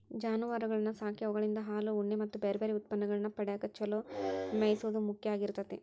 ಜಾನುವಾರಗಳನ್ನ ಸಾಕಿ ಅವುಗಳಿಂದ ಹಾಲು, ಉಣ್ಣೆ ಮತ್ತ್ ಬ್ಯಾರ್ಬ್ಯಾರೇ ಉತ್ಪನ್ನಗಳನ್ನ ಪಡ್ಯಾಕ ಚೊಲೋ ಮೇಯಿಸೋದು ಮುಖ್ಯ ಆಗಿರ್ತೇತಿ